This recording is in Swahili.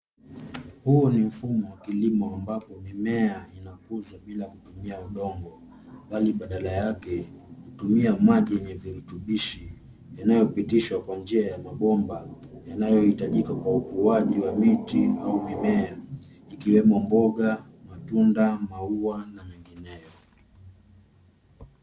Huu ni mfumo wa kilimo ambapo mimea inakuzwa bila kutumia udongo, mbali badala yake, hutumia maji yenye virutubishi yanayopitishwa kwa njia ya mabomba yanayohitajika kwa ukuaji wa miti au mimea, ikiwemo, mboga, matunda, maua, na mengineyo.